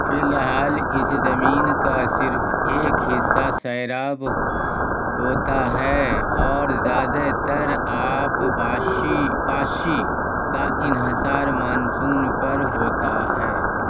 فی الحال اس زمین کا صرف ایک حصہ سیراب ہوتا ہے اور زیادہ تر آب پاشی پاشی کا انحصار مانسون پر ہوتا ہے